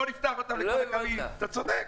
בואו נפתח אותם --- אתה צודק.